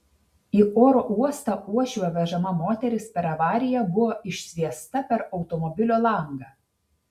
į oro uostą uošvio vežama moteris per avariją buvo išsviesta per automobilio langą